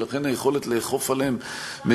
ולכן היכולת לאכוף עליהם,